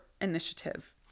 initiative